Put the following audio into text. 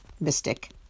Mystic